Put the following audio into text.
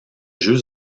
jeux